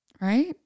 right